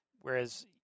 whereas